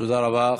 תודה רבה.